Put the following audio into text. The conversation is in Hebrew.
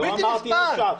לא אמרתי אי אפשר.